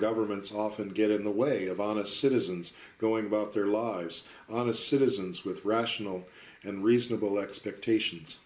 governments often get in the way of honest citizens going about their lives on a citizens with rational and reasonable expectations